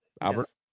Albert